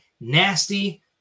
nasty